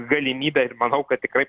galimybę ir manau kad tikrai